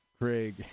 Craig